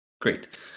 Great